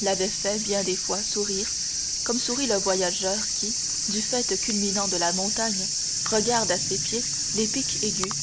l'avaient fait bien des fois sourire comme sourit le voyageur qui du faîte culminant de la montagne regarde à ses pieds les pics aigus